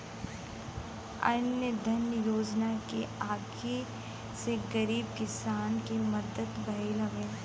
अन्न धन योजना के आये से गरीब किसान के मदद भयल हउवे